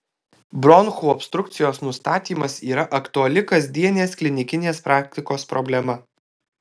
bronchų obstrukcijos nustatymas yra aktuali kasdienės klinikinės praktikos problema